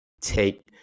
take